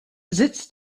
sitz